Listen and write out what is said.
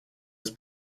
his